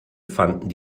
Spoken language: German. fanden